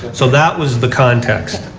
so that was the context.